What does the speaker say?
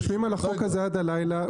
יושבים על החוק הזה עד הלילה.